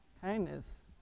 kindness